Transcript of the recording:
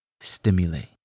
stimulate